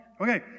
Okay